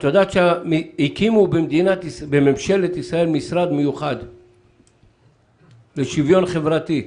את יודעת שהקימו בממשלת ישראל משרד מיוחד לשוויון חברתי.